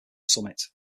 summit